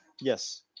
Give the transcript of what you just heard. Yes